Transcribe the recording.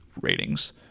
ratings